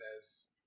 says